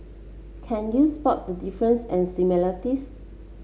can you spot the difference and similarities